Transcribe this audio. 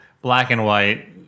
black-and-white